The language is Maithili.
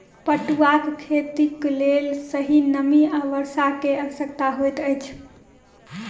पटुआक खेतीक लेल सही नमी आ वर्षा के आवश्यकता होइत अछि